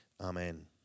amen